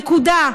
נקודה.